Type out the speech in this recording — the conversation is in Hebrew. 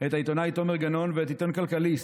את העיתונאי תומר גנון ואת עיתון כלכליסט,